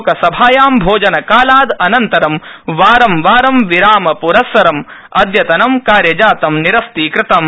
लोकसभायां भोजनकालाद् अनन्तरं वारं वारं विरामप्रस्सरं अद्यतनं कार्यजातं निरस्तीकृतम्